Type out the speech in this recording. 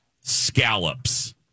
scallops